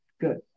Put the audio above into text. Good